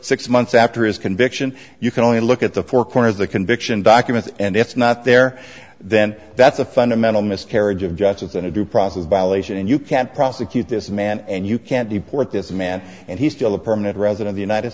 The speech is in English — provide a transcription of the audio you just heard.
six months after his conviction you can only look at the four corners the conviction document and it's not there then that's a fundamental missed carriage of justice and to do process violation and you can't prosecute this man and you can't deport this man and he's still a permanent resident the united